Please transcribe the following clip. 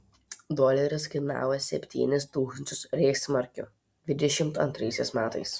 doleris kainavo septynis tūkstančius reichsmarkių dvidešimt antraisiais metais